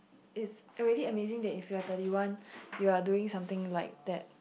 it's already amazing that if you are thirty one you are doing something like that